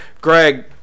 greg